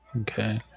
Okay